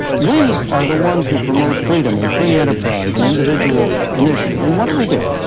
we are the ones who promote freedom, and free enterprise, and individual initiative. and what do we do?